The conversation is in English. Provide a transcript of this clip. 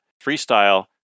freestyle